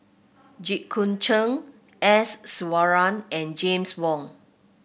Jit Koon Ch'ng S Iswaran and James Wong